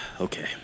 Okay